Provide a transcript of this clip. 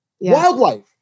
wildlife